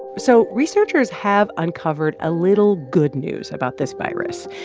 so researchers have uncovered a little good news about this virus.